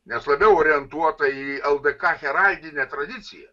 nes labiau orientuota į ldk heraldinę tradiciją